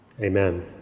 Amen